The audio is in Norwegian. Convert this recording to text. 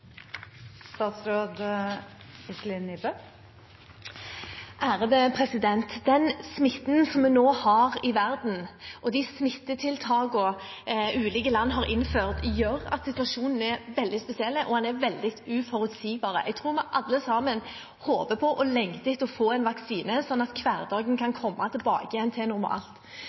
verden, og de smittetiltakene ulike land har innført, gjør at situasjonen er veldig spesiell og veldig uforutsigbar. Jeg tror vi alle sammen håper på og lengter etter å få en vaksine, slik at hverdagen kan komme tilbake til normalen igjen. Reiselivsnæringen opplevde tidlig å bli rammet av smitten og smitteverntiltakene og er blant de næringene som fortsatt merker effekten godt, og som kommer til